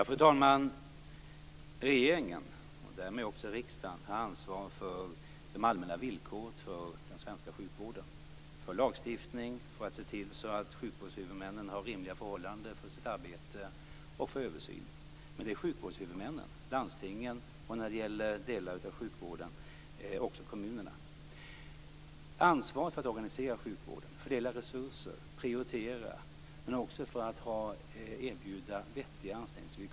Fru talman! Regeringen och därmed också riksdagen har ansvar för de allmänna villkoren för den svenska sjukvården, för lagstiftning, för att se till så att sjukvårdshuvudmännen har rimliga förhållanden för sitt arbete och för översyn. Men det är sjukvårdshuvudmännen, landstingen och när det gäller delar av sjukvården också kommunerna som har ansvaret för att organisera sjukvården, fördela resurser och prioritera men också för att erbjuda vettiga anställningsvillkor.